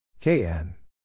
KN